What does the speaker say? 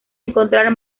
encontrar